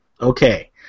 Okay